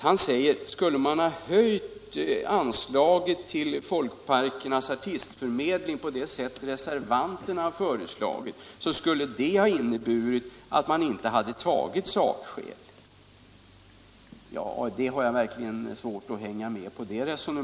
Han säger: Skulle man ha höjt anslaget till Folkparkernas artistförmedling på det sätt reservanterna har föreslagit, skulle det ha inneburit att man inte hade tagit sakskäl. Det resonemanget har jag verkligen svårt att hänga med i.